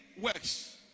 works